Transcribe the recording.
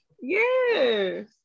yes